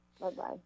Bye-bye